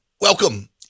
Welcome